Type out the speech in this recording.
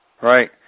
Right